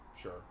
sure